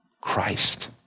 Christ